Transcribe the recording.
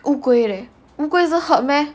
乌龟 leh 乌龟是 herb meh